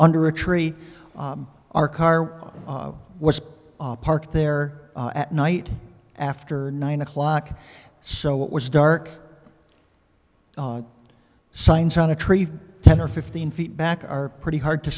under a tree our car was parked there at night after nine o'clock so what was dark signs on a tree ten or fifteen feet back are pretty hard to